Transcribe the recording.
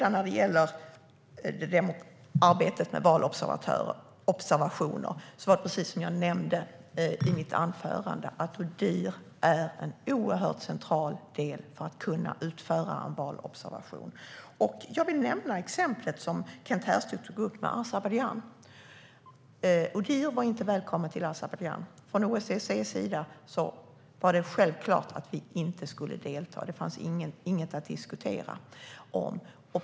När det gäller arbetet med valobservatörer är Odihr en oerhört central del för att kunna utföra valobservationer, som jag nämnde i mitt anförande. Jag vill nämna det exempel som Kent Härstedt tog upp: Azerbajdzjan. Odihr var inte välkommet dit. Från OSSE:s sida var det självklart att vi inte skulle delta - det fanns inget att diskutera.